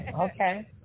Okay